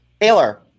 Taylor